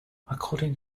according